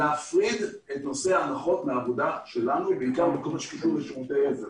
להפריד את נושא ההנחות מהעבודה שלנו בעיקר בכל הקשור לשירותי עזר.